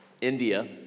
India